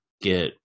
get